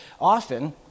Often